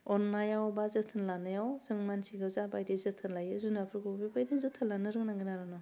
अन्नायाव बा जोथोन लानायाव जों मानसिखौ जाबायदि जोथोन लायो जुनादफोरखौबो बेबायदिनो जोथोन लानो रोंनांगोन आरो न'